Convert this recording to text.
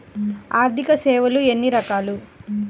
ఆర్థిక సేవలు ఎన్ని రకాలు?